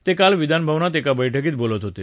ते काल विधानभवनात एका बर्स्कीत बोलत होते